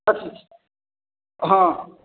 हँ